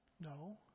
No